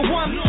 one